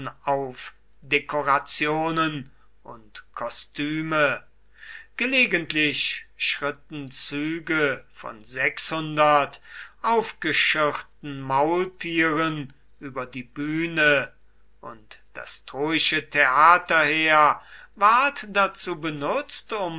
auf dekorationen und kostüme gelegentlich schritten züge von sechshundert aufgeschirrten maultieren über die bühne und das troische theaterheer ward dazu benutzt um